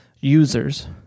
users